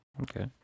Okay